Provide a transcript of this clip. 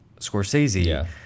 Scorsese